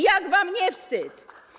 Jak wam nie wstyd?